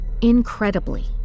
Incredibly